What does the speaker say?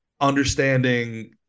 understanding